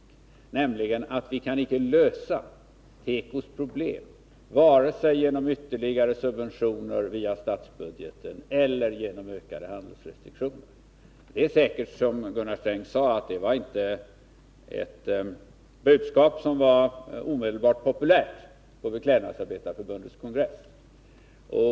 Den sanningen var att vi icke kan lösa tekos problem genom vare sig ytterligare subventioner via statsbudgeten eller ökade handelsrestriktioner. Det är säkert som Gunnar Sträng sade, att detta inte var ett budskap som blev omedelbart populärt på Beklädnadsarbetareförbundets kongress.